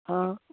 आं